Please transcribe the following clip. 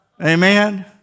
Amen